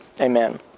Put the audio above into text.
amen